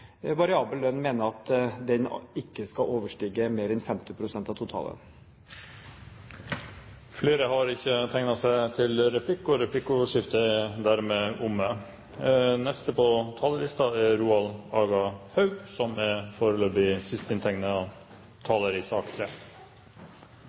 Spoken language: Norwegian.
variabel lønn, mener at den ikke skal overstige mer enn 50 pst. av total lønn. Replikkordskiftet er dermed omme. Lønnsoppgjøret er